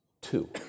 two